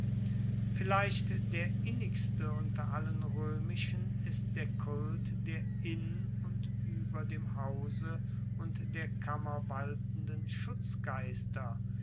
vielleicht der innigste unter allen roemischen ist der kult der in und ueber dem hause und der kammer waltenden